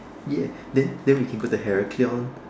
yes then then we can go to harrikion